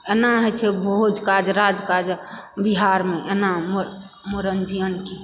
एना हो छे भोज काज राज काज बिहार मे एना मरन जियन के